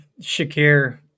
shakir